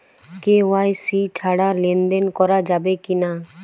KYC ছাড়া লেনদেন করা যাবে কিনা?